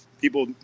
people